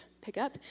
pickup